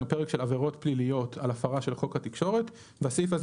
הוא פרק של עבירות פליליות על הפרה של חוק התקשורת והסעיף הזה